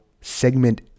segment